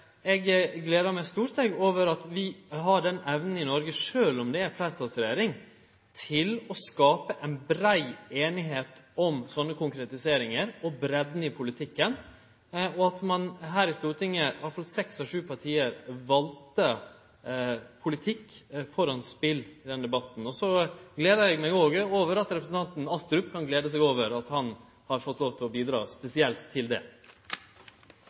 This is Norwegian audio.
Eg gleder meg stort over at vi har den evna i Noreg, sjølv om det er ei fleirtalsregjering, til å skape ei brei einigheit om slike konkretiseringar og breidda i politikken, og at ein her i Stortinget – iallfall seks av sju parti – valde politikk framfor spel i denne debatten. Så gleder eg meg òg over at representanten Astrup kan glede seg over at han har fått lov til å bidra spesielt til det.